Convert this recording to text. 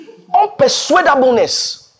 Unpersuadableness